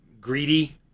greedy